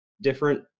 Different